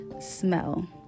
smell